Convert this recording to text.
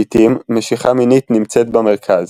לעיתים משיכה מינית נמצאת במרכז,